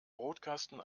brotkasten